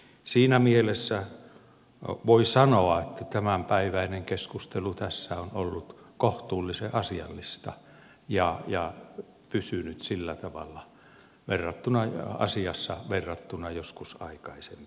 siinä mielessä voi sanoa että tämänpäiväinen keskustelu tässä on ollut kohtuullisen asiallista ja pysynyt sillä tavalla asiassa verrattuna joihinkin aikaisempiin keskusteluihin